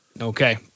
Okay